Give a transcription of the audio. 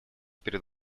перед